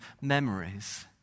memories